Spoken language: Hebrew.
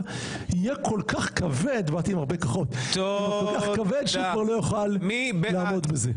יהיה כל כך כבד שהוא כבר לא יוכל לעמוד בזה.